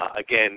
again